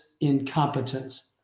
incompetence